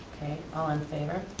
all in favor.